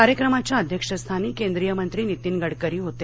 कार्यक्रमाच्या अध्यक्षस्थानी केंद्रीय मंत्री नितीन गडकरी होते